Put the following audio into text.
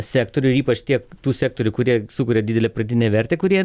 sektorių ypač tiek tų sektorių kurie sukuria didelę pridėtinę vertę kurie